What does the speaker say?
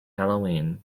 halloween